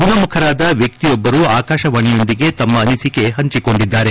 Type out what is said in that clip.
ಗುಣಮುಖರಾದ ವ್ಯಕ್ತಿಯೊಬ್ಬರು ಆಕಾಶವಾಣಯೊಂದಿಗೆ ತಮ್ಮ ಅನಿಸಿಕೆ ಹಂಚಿಕೊಂಡಿದ್ದಾರೆ